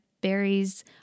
Berries